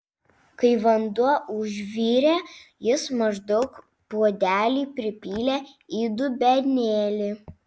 kai vanduo užvirė jis maždaug puodelį pripylė į dubenėlį